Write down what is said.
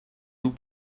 nous